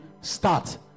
start